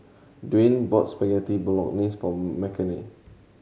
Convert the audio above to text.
Dwyane bought Spaghetti Bolognese for Makenna